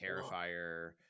Terrifier